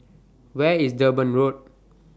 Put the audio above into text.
Where IS Durban Road